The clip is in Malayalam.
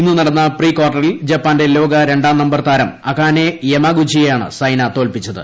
ഇന്ന് നടന്ന പ്രീ കാർട്ടറിൽ ജപ്പാന്റെ ലോക രണ്ടാം നമ്പർ താരം അകാനെ യമഗുച്ചി യെയാണ് സൈന തോൽപിച്ചത്